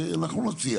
אנחנו נציע